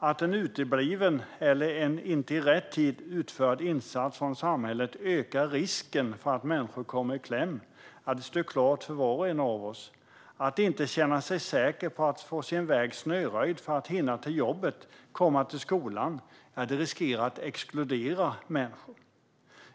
Att en utebliven eller en inte i rätt tid utförd insats från samhället ökar risken för att människor kommer i kläm står klart för var och en av oss. Att inte känna sig säker på att få sin väg snöröjd för att hinna till jobbet eller komma till skolan riskerar att exkludera människor.